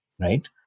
right